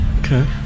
Okay